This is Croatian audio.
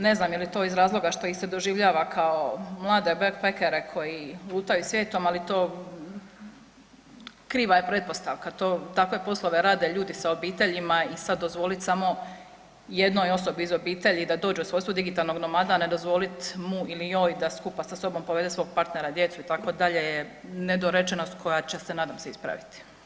Ne znam jel to iz razloga što ih se doživljava kao mlade …/nerazumljivo/… koji lutaju svijetom, ali to kriva je pretpostavka, takve poslove rade ljudi sa obiteljima i sad dozvolit samo jednoj osobi iz obitelji da dođe u svojstvu digitalnog nomada, a ne dozvolit mu ili njoj da skupa sa sobom povede svog partnera, djecu itd. je nedorečenost koja će se nadam se ispraviti.